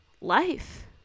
life